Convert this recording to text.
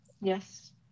yes